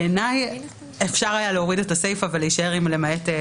בעיניי אפשר להוריד את הסיפה הזאת.